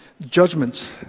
judgments